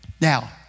Now